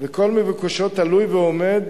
וכל מבוקשו תלוי ועומד